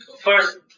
First